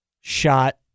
shot